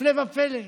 הפלא ופלא,